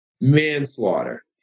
manslaughter